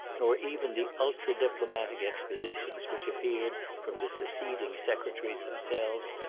nor even the ultradiplomatic expositions which appeared from the seceding secretaries themselves,